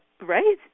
right